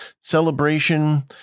celebration